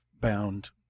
bound